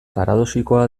paradoxikoa